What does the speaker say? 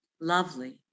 lovely